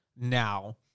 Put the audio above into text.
now